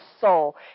soul